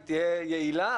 היא תהיה יעילה,